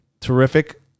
Terrific